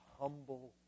humble